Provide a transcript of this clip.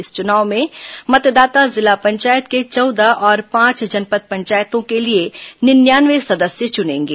इस चुनाव में मतदाता जिला पंचायत के चौदह और पांच जनपद पंचायतों के लिए निन्यानवे सदस्य चुनेंगे